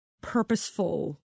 purposeful